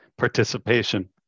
participation